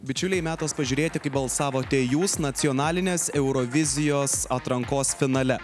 bičiuliai metas pažiūrėti kaip balsavote jūs nacionalinės eurovizijos atrankos finale